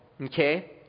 Okay